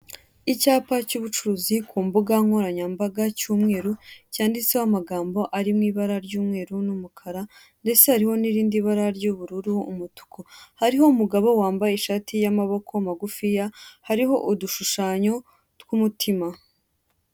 Icyapa cy'ubucuruzi ku mbuga nkoranyambaga cy'umweru, cyanditseho amagambo ari mu ibara ry'umweru n'umukara ndetse hari n'irindi bara ry'ubururu, umutuku. Hariho umugabo wambaye ishati y'amaboko magufiya, hariho udushushanyo tw'umutima.